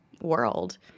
world